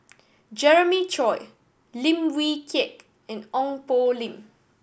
Jeremiah Choy Lim Wee Kiak and Ong Poh Lim